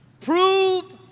prove